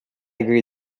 agree